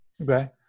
Okay